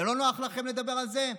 זה לא נוח לכם לדבר על זה?